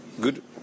good